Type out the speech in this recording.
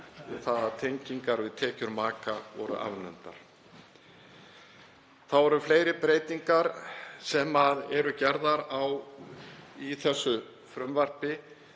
það að tengingar við tekjur maka voru afnumdar. Þá eru fleiri breytingar sem eru gerðar í þessu frumvarpi